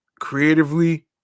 creatively